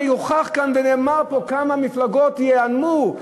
הרי הוכח כאן ונאמר פה כמה מפלגות ייעלמו.